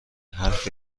حرف